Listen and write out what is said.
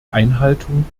einhaltung